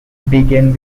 began